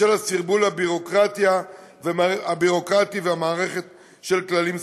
בשל הסרבול הביורוקרטי ומערכת של כללים סותרים.